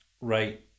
Right